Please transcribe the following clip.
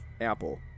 apple